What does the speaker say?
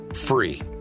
free